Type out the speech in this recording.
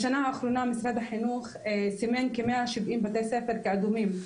בשנה האחרונה משרד החינוך סימן כ-170 בתי ספר כאדומים.